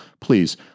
please